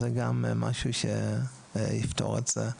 זה גם משהו שיפתור את זה.